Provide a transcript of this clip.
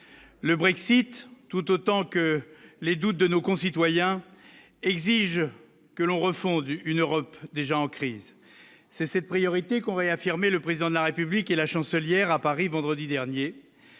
le Brexit, tout autant que les doutes de nos concitoyens exigent que l'on refondu une Europe déjà en crise, c'est cette priorité qu'ont réaffirmé le président de la République et la chancelière à Paris vendredi dernier,